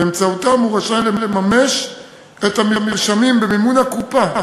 שבאמצעותם הוא רשאי לממש את המרשמים שבמימון הקופה.